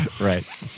Right